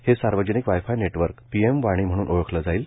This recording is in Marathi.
हे सार्वजनिक wifi network PM Vani म्हणून ओळखलं जाईल